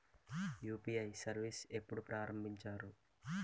UPI service ఎప్పుడు ప్రారంభించారు?